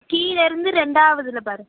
கீழேயிருந்து ரெண்டாவதில் பார்